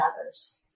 others